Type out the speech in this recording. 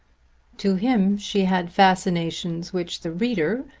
to him she had fascinations which the reader,